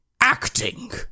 Acting